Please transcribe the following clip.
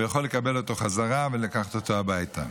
הוא יכול לקבל אותו חזרה ולקחת אותו הביתה.